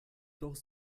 doch